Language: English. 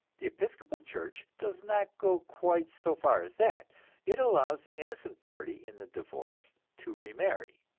the episcopal church does not go quite so far as that it allows the innocent party in the divorce to remarry.